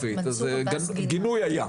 בו.